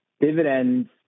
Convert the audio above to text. dividends